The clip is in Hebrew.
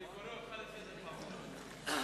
אני קורא אותך לסדר פעם ראשונה.